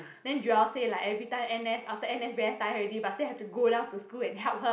then Joel say like everytime n_s after n_s very tired already but still have to go down to school and help her